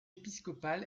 épiscopal